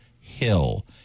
Hill